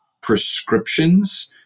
prescriptions